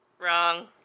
Wrong